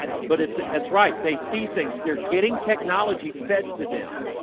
but it's it's right. they see things they're getting technology fed to them